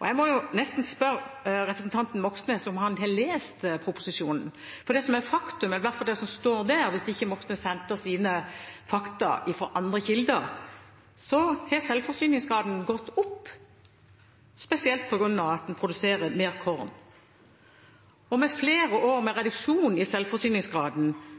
Jeg må nesten spørre representanten Moxnes om han har lest proposisjonen, for det som er et faktum, eller i hvert fall det som står der – hvis ikke Moxnes henter sine fakta fra andre kilder – er at selvforsyningsgraden har gått opp, spesielt på grunn av at man produserer mer korn. Og med flere år med reduksjon i selvforsyningsgraden